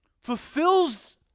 fulfills